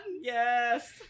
yes